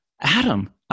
Adam